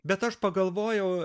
bet aš pagalvojau